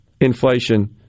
inflation